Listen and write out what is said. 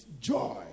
joy